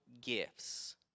gifts